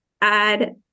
add